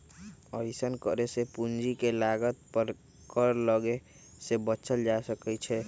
अइसन्न करे से पूंजी के लागत पर कर लग्गे से बच्चल जा सकइय